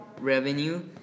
revenue